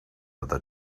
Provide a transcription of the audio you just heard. other